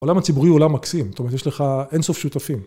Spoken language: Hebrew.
העולם הציבורי הוא עולם מקסים, זאת אומרת יש לך אינסוף שותפים.